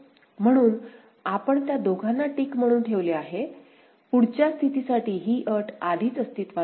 म्हणून आपण त्या दोघांना टिक केलेले आहे पुढच्या स्थितीसाठी ही अट आधीच अस्तित्त्वात आहे